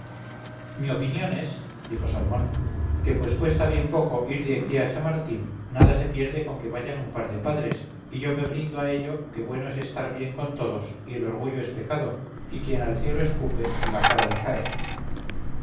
mi opinión es dijo salmón que pues cuesta bien poco ir de aquí a chamartín nada se pierde con que vayan un par de padres y yo me brindo a ello que bueno es estar bien con todos y el orgullo es pecado y quien al cielo escupe en la cara le cae